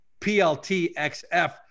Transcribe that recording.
PLTXF